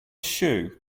shoe